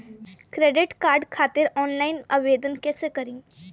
Credit card खातिर online आवेदन कइसे करि?